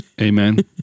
Amen